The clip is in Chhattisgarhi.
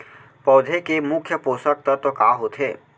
पौधे के मुख्य पोसक तत्व का होथे?